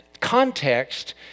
Context